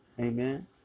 Amen